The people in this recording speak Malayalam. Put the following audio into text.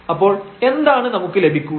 അപ്പോൾ എന്താണ് നമുക്ക് ലഭിക്കുക